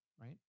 right